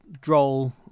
droll